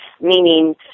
meaning